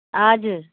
हजुर